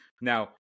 Now